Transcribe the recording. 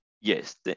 Yes